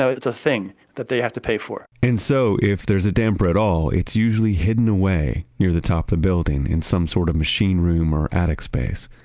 so it's a thing that they have to pay for and so, if there's a damper at all it's usually hidden away near the top of the building in some sort of machine room or attic space,